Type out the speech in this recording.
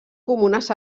comunes